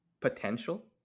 potential